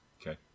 Okay